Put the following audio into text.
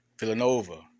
Villanova